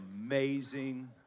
amazing